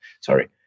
sorry